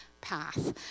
path